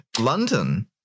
London